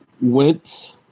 went